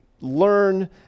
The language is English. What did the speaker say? learn